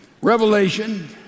Revelation